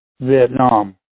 Vietnam